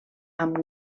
amb